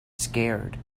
scared